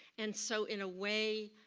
and so in a way,